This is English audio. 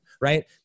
right